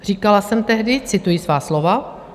Říkala jsem tehdy, cituji svá slova: